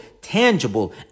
tangible